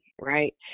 right